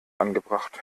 angebracht